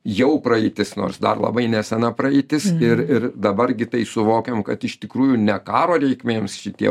jau praeitis nors dar labai nesena praeitis ir ir dabar gi tai suvokiam kad iš tikrųjų ne karo reikmėms šitie